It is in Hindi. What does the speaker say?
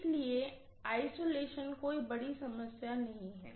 इसलिए आइसोलेशन कोई बड़ी समस्या नही है